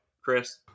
Chris